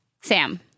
Sam